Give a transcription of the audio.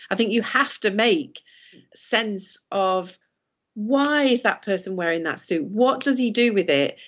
i think you have to make sense of why is that person wearing that suit? what does he do with it?